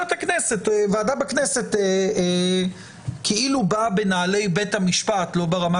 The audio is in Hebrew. ועדה בכנסת כאילו באה בנעלי בית המשפט לא ברמה